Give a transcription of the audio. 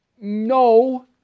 No